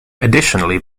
additionally